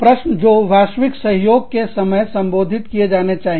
प्रश्न जो वैश्विक सहयोग के समय संबोधित किए जाने चाहिए